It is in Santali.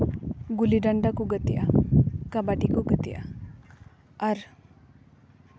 ᱜᱩᱞᱤ ᱰᱟᱱᱰᱟ ᱠᱚ ᱜᱟᱛᱮᱜᱼᱟ ᱠᱟᱵᱟᱰᱤ ᱠᱚ ᱜᱟᱛᱮᱜᱼᱟ ᱟᱨ